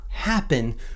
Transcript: happen